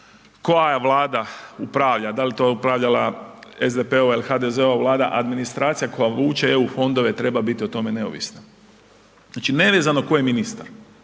koja vlada upravlja, dal to upravljala SDP-ova ili HDZ-ova vlada, administracija koja vuče EU fondove treba biti o tome neovisno. Znači nevezeno tko je ministar,